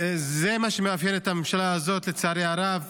זה מה שמאפיין את הממשלה הזאת, לצערי הרב.